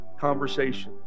Conversations